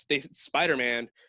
Spider-Man